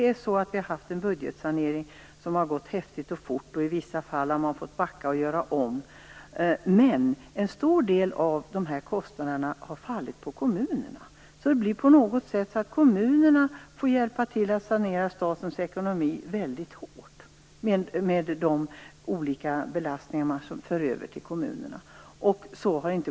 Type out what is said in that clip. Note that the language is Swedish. Vi har haft en budgetsanering som har gått häftigt och fort, och i vissa fall har man fått backa och göra om. En stor del av dessa kostnader har fallit på kommunerna. Kommunerna får hjälpa till att sanera statens ekonomi väldigt hårt, med de olika belastningar man för över till kommunerna.